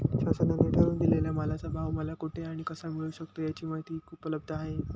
शासनाने ठरवून दिलेल्या मालाचा भाव मला कुठे आणि कसा मिळू शकतो? याची माहिती कुठे उपलब्ध आहे?